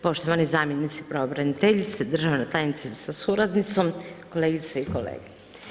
Poštovana zamjenice pravobraniteljice, državna tajnice sa suradnicom, kolegice i kolege.